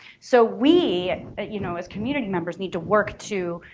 so we you know as community members need to work to